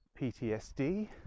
PTSD